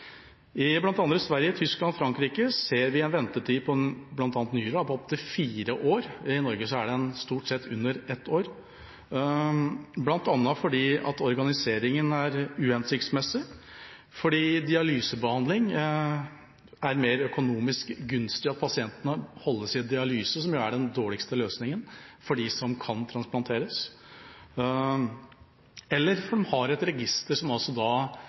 Blant annet i Sverige, Tyskland og Frankrike ser vi en ventetid på bl.a. nyrer på opp til fire år – i Norge er den stort sett under ett år – bl.a. fordi organiseringen er uhensiktsmessig, fordi det er mer økonomisk gunstig at pasientene får dialysebehandling, som jo er den dårligste løsningen for dem som kan få transplantasjon, eller fordi de har et register som